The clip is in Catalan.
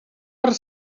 per